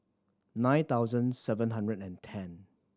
nine thousand seven hundred and ten